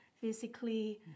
physically